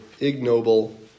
ignoble